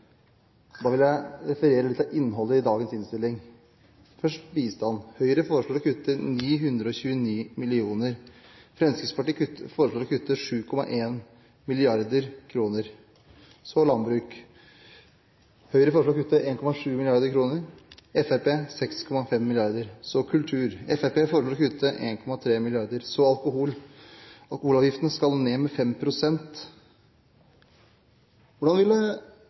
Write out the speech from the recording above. Da vil jeg referere litt fra innholdet i dagens innstilling. Først bistand: Høyre foreslår å kutte 929 mill. kr, Fremskrittspartiet foreslår å kutte 7,1 mrd. kr. Så landbruk: Høyre foreslår å kutte 1,7 mrd. kr, Fremskrittspartiet 6,5 mrd. kr. Så kultur: Fremskrittspartiet foreslår å kutte 1,3 mrd. kr. Så alkohol: Alkoholavgiften skal ned med 5 pst. Hvordan ville